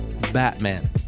Batman